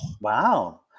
wow